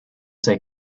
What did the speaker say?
take